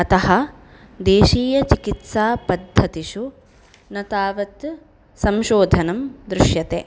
अतः देशीयचिकित्सापद्धतिषु न तावत् संशोधनं दृश्यते